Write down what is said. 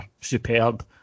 superb